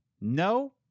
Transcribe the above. No